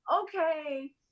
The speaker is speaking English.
okay